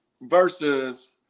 versus